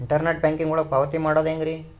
Internet banking ಒಳಗ ಪಾವತಿ ಮಾಡೋದು ಹೆಂಗ್ರಿ?